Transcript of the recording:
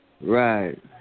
right